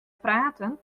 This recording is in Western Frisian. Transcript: praten